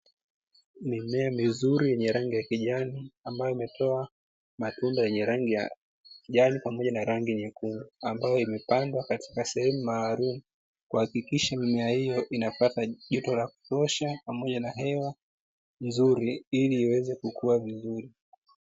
Mimea mizuri yenye rangi ya kijani, ambayo imetoa matunda yenye ya kijani pamoja na rangi nyekundu, ambayo imepandwa katika sehemu maalumu kuhakikisha mimea hiyo inapata joto la kutosha pamoja na hewa nzuri ili iweze kukua vizuri.